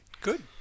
good